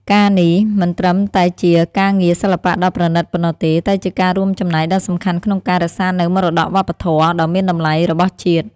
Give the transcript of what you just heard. ការណ៍នេះមិនត្រឹមតែជាការងារសិល្បៈដ៏ប្រណីតប៉ុណ្ណោះទេ តែជាការរួមចំណែកដ៏សំខាន់ក្នុងការ រក្សានូវមរតកវប្បធម៌ ដ៏មានតម្លៃរបស់ជាតិ។